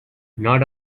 not